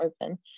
open